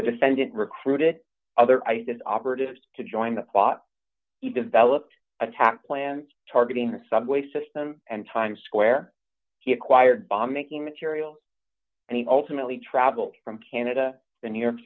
the defendant recruited other isis operatives to join the plot he developed attack plans targeting a subway system and times square he acquired bomb making materials and he ultimately traveled from canada the new york